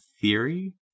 theory